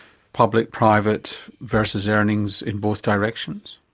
public, private, versus earnings in both directions.